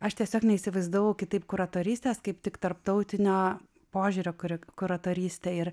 aš tiesiog neįsivaizdavau kitaip kuratorystės kaip tik tarptautinio požiūrio kuri kuratorystė ir